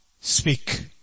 speak